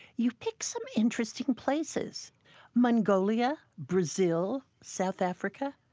you picked some interesting places mongolia, brazil, south africa.